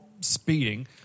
speeding